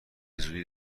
زودی